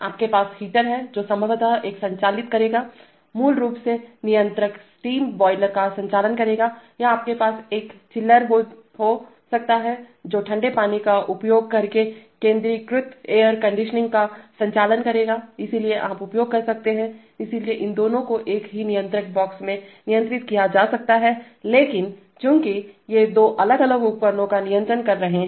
आपके पास हीटर है जो संभवतः एक संचालित करेगा मूल रूप से नियंत्रक स्टीम बॉयलर का संचालन करेगा या आपके पास एक चिलर हो सकता है जो ठंडे पानी का उपयोग करके केंद्रीकृत एयर कंडीशनिंग का संचालन करेगा इसलिए आप उपयोग कर सकते हैं इसलिए इन दोनों को एक ही नियंत्रक बॉक्स से नियंत्रित किया जा सकता है लेकिन चूंकि ये दो अलग अलग उपकरणों को नियंत्रित कर रहे हैं